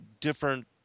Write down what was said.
different